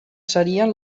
serien